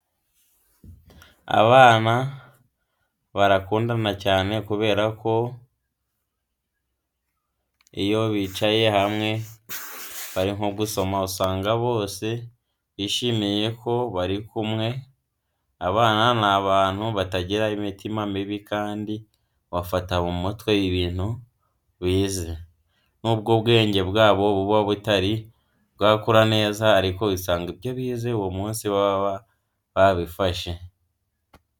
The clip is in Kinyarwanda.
Abana barakundana cyane kubera ko iyo bicaye hamwe bari nko gusoma usanga bose bishimiye ko bari kumwe. Abana ni abantu batagira imitima mibi kandi bagafata mu mutwe ibintu bize. Nubwo ubwenge bwabo buba butari bwakura neza ariko usanga ibyo bize uwo munsi baba babifashe.